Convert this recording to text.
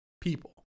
people